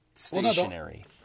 Stationary